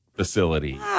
facility